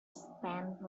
spent